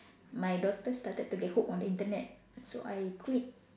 my daughter started to get hooked on the Internet so I quit